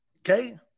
Okay